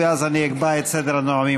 ואז אני אקבע את סדר השואלים.